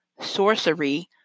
sorcery